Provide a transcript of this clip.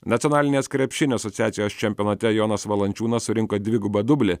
nacionalinės krepšinio asociacijos čempionate jonas valančiūnas surinko dvigubą dublį